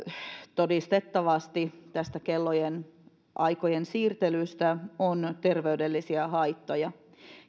todistettavasti tästä kellonaikojen siirtelystä on terveydellisiä haittoja